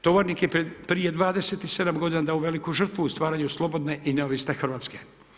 Tovarnik je prije 27 g. dao veliku žrtvu u stvaranju slobodne i neovisne Hrvatske.